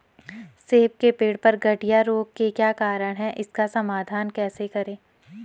सेब के पेड़ पर गढ़िया रोग के क्या कारण हैं इसका समाधान कैसे करें?